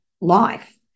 life